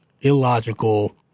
illogical